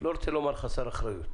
לא רוצה לומר חסר אחריות,